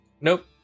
Nope